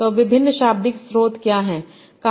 तो अब विभिन्न शाब्दिक स्रोत क्या हैं